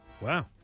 Wow